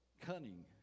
Cunning